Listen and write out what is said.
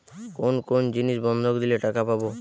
কোন কোন জিনিস বন্ধক দিলে টাকা পাব?